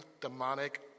demonic